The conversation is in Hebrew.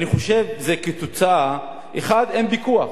אני חושב שזה כתוצאה, 1. אין פיקוח,